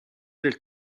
del